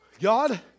God